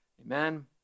Amen